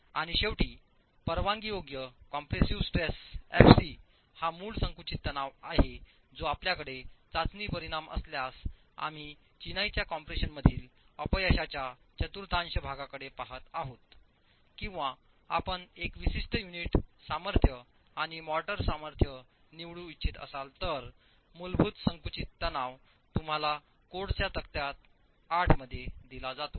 आणि शेवटी परवानगीयोग्य कॉम्प्रेसिव्ह स्ट्रेस एफसी हा मूळ संकुचित तणाव आहे जो आपल्याकडे चाचणी परिणाम असल्यास आम्ही चिनाईच्या कॉम्प्रेशनमधील अपयशाच्या चतुर्थांश भागाकडे पहात आहोत किंवा आपण एक विशिष्ट युनिट सामर्थ्य आणि मोर्टार सामर्थ्य निवडू इच्छित असाल तर मूलभूत संकुचित तणाव तुम्हाला कोडच्या तक्ता 8 मध्ये दिला जातो